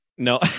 No